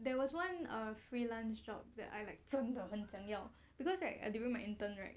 there was one a freelance job that I like 真的很想要 because right during my intern right